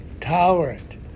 tolerant